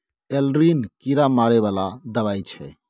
Aldrin कीरा मारै बला दवाई छै